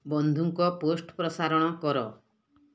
ବନ୍ଧୁଙ୍କ ପୋଷ୍ଟ ପ୍ରସାରଣ କର